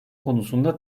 konusunda